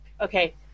okay